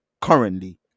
currently